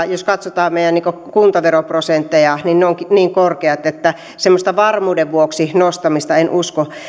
jos katsotaan meidän kuntaveroprosentteja niin jokaisessa ne ovat niin korkeat että semmoista varmuuden vuoksi nostamista en usko